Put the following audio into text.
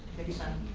thank you simon.